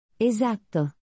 Esatto